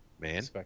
man